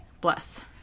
Bless